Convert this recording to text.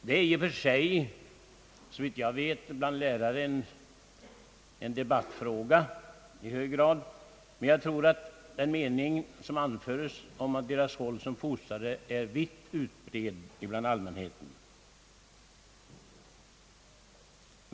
Såvitt jag vet är detta bland lärare en debattfråga i hög grad, men jag tror att denna mening om lärarens roll som fostrare är vitt utbredd bland allmänheten.